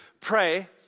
pray